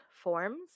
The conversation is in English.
forms